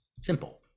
simple